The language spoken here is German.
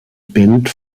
band